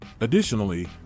Additionally